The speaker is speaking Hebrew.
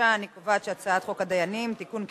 את הצעת חוק הדיינים (תיקון,